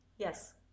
Yes